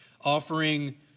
offering